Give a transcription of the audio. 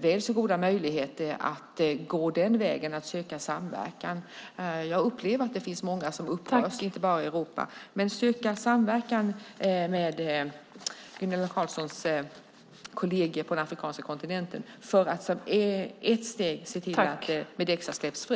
väl så goda möjligheter att gå den vägen och söka samverkan - jag upplever att det finns många som upprörs inte bara i Europa - med Gunilla Carlssons kolleger på den afrikanska kontinenten för att som ett steg se till att Mideksa släpps fri.